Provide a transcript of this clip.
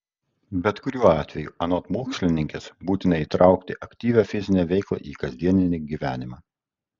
bet kuriuo atveju anot mokslininkės būtina įtraukti aktyvią fizinę veiklą į kasdienį gyvenimą